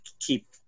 keep